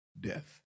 death